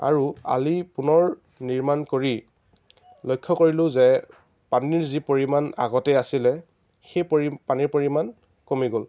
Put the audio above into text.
আৰু আলি পুনৰ নিৰ্মাণ কৰি লক্ষ্য কৰিলোঁ যে পানীৰ যি পৰিমাণ আগতে আছিলে সেই পৰি পানীৰ পৰিমাণ কমি গ'ল